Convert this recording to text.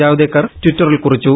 ജാവ്ദേക്കർ ടിറ്ററിൽ കുറിച്ചു